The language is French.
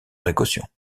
précautions